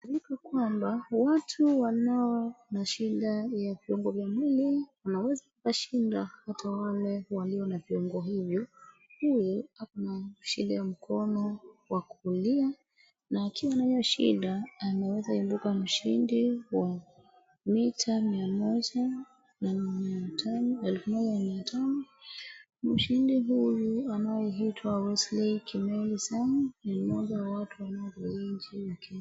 Kwamba watu wanao na shida ya viungo vya mwili wanaweza kushinda hata wale walio na viungo hivyo. Huyu ako na shida ya mkono wa kulia na akiwa na hiyo shida, ameweza ibuka mshindi wa mita mia moja na mia tano, elfu moja mia tano. Mshindi huyu anayeitwa Wesley Kimeli Sang ni mmoja wa watu wanaovuma nchini ya Kenya.